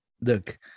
Look